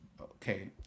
okay